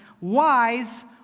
wise